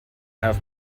have